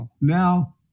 now